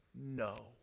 No